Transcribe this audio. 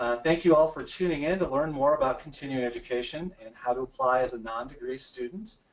thank you all for tuning in to learn more about continuing education and how to apply as a non-degree student.